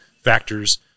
factors